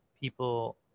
people